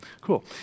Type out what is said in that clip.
Cool